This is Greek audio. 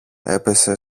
έπεσε